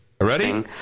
Ready